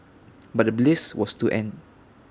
but the bliss was to end